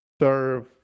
serve